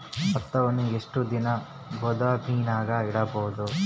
ಭತ್ತವನ್ನು ಎಷ್ಟು ದಿನ ಗೋದಾಮಿನಾಗ ಇಡಬಹುದು?